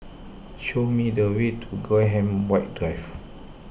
show me the way to Graham White Drive